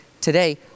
today